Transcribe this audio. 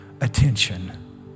attention